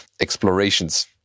explorations